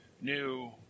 new